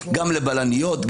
גם לבלניות,